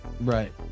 Right